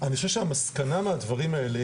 חושב שהמסקנה מהדברים האלה,